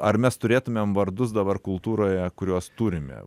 ar mes turėtumėm vardus dabar kultūroje kurios turime